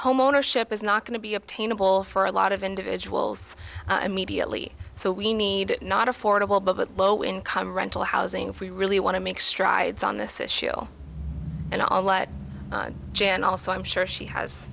homeownership is not going to be obtainable for a lot of individuals immediately so we need not affordable but low income rental housing if we really want to make strides on this issue and i'll let jan also i'm sure she has